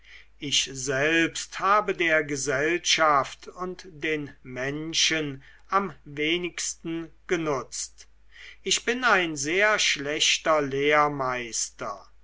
ich selbst habe der gesellschaft und den menschen am wenigsten genutzt ich bin ein sehr schlechter lehrmeister